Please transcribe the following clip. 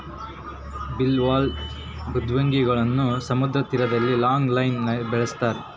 bivalve ಮೃದ್ವಂಗಿಗಳನ್ನು ಸಮುದ್ರ ತೀರದಲ್ಲಿ ಲಾಂಗ್ ಲೈನ್ ನಲ್ಲಿ ಬೆಳಸ್ತರ